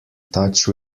touch